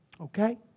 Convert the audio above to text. Okay